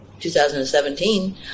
2017